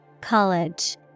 College